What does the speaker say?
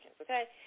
okay